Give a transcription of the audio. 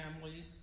family